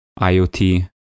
iot